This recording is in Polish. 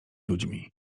ludźmi